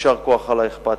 יישר כוח על האכפתיות,